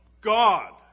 God